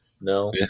No